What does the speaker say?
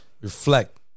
Reflect